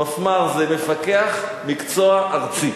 מפמ"ר זה מפקח מקצועי ארצי.